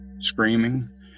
screaming